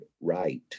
right